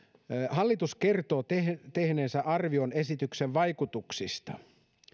hallitus kertoo tehneensä arvion esityksen vaikutuksista